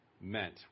meant